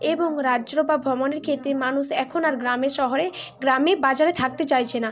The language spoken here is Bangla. এবং রাজ্য বা ভ্রমণের ক্ষেত্রে মানুষ এখন আর গ্রামে শহরে গ্রামে বাজারে থাকতে চাইছে না